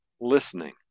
listening